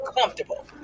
comfortable